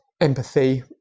empathy